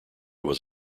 was